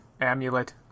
amulet